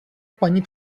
paní